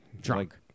drunk